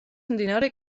მდინარე